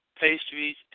pastries